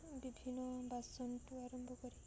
ବିଭିନ୍ନ ବାସନଠୁ ଆରମ୍ଭ କରି